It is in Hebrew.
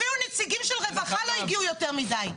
אפילו נציגים של רווחה לא הגיעו יותר מדי.